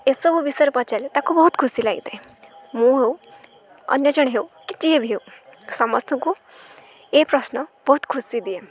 ଏସବୁ ବିଷୟରେ ପଚାରିଲେ ତାକୁ ବହୁତ ଖୁସି ଲାଗିଥାଏ ମୁଁ ହଉ ଅନ୍ୟ ଜଣେ ହେଉ କି ଯିଏ ବି ହେଉ ସମସ୍ତଙ୍କୁ ଏ ପ୍ରଶ୍ନ ବହୁତ ଖୁସି ଦିଏ